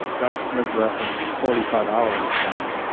doctor smith reference the forty five hour requirement.